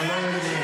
אתה גם יכול לדבר